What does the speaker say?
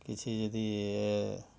କିଛି ଯଦି ଏ